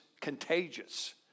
contagious